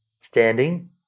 standing